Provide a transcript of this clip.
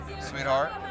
sweetheart